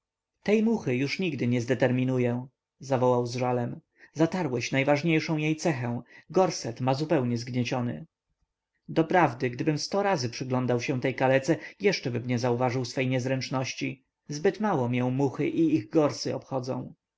muchy już nigdy nie zdeterminuję zawołał z żalem zatarłeś najważniejszą jej cechę gorset ma zupełnie zgnieciony doprawdy gdybym sto razy przyglądał się tej kalece jeszczebym nie zauważył swej niezręczności zbyt mało mię muchy i ich gorsy obchodzą